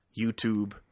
YouTube